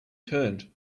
turned